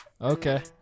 Okay